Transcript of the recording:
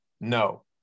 No